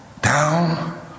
down